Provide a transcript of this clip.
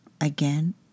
again